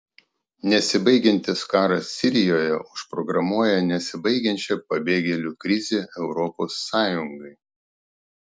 nesibaigiantis karas sirijoje užprogramuoja nesibaigiančią pabėgėlių krizę europos sąjungai